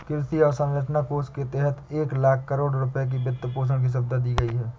कृषि अवसंरचना कोष के तहत एक लाख करोड़ रुपए की वित्तपोषण की सुविधा दी गई है